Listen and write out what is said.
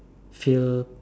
feel